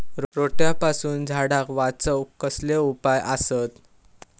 रोट्यापासून झाडाक वाचौक कसले उपाय आसत?